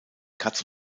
katz